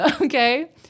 Okay